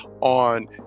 on